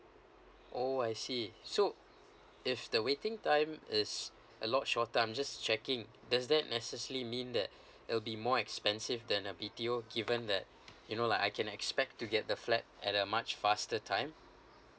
oh I see so if the waiting time is a lot shorter I'm just checking does that necessarily mean that it'll be more expensive than a B_T_O given that you know like I can expect to get the flat at a much faster time